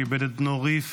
שאיבד את בנו ריף